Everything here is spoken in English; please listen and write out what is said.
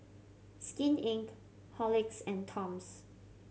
Skin Inc Horlicks and Toms